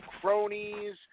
cronies